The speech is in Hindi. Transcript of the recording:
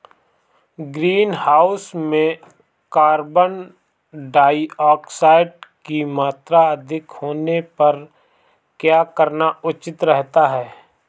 ग्रीनहाउस में कार्बन डाईऑक्साइड की मात्रा अधिक होने पर क्या करना उचित रहता है?